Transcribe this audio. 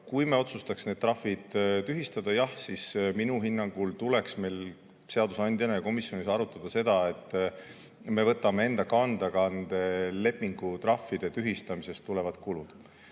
kui me otsustaks need trahvid tühistada, siis jah, minu hinnangul tuleks meil seadusandjana ja komisjonis arutada seda, et me võtame enda kanda ka lepingutrahvide tühistamisest tulevad kulud.